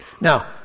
Now